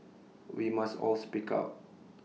we must all speak out